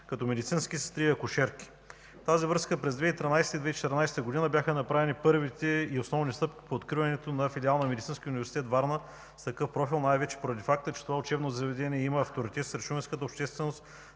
като медицински сестри и акушерки. В тази връзка през 2013-а и 2014 г. бяха направени първите и основни стъпки по откриването на филиал на Медицинския университет – Варна, с такъв профил най-вече поради факта, че това учебно заведение има авторитет сред шуменската общественост